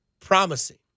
promising